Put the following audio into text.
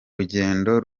rugendo